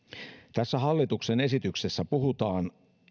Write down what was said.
tässä hallituksen ohjelmassa puhutaan